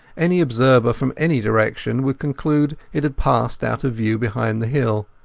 any observer from any direction would conclude it had passed out of view behind the hill.